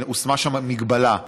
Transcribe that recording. והושמה שם מגבלה,